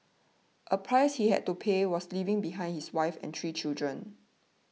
a price he had to pay was leaving behind his wife and three children